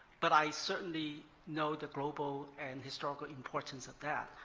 but i certainly know the global and historical importance of that.